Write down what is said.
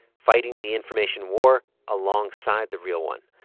fighting the information war alongside the real one.